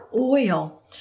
oil